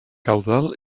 caudal